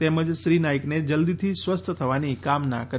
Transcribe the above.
તેમજ શ્રી નાઇકને જલ્દીથી સ્વસ્થ થવાની કામના કરી છે